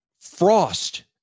frost